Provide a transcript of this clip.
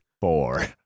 four